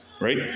Right